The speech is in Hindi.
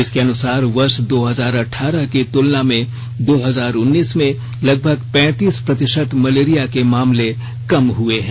इसके अनुसार वर्ष दो हजार अठारह की तुलना में दो हजार उन्नीस में लगभग पैंतीस प्रतिशत मलेरिया के मामले कम हुए हैं